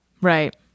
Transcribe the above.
right